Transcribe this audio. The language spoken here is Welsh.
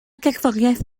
gerddoriaeth